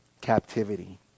captivity